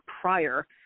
prior